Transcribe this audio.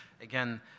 Again